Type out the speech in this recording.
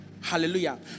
Hallelujah